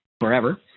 forever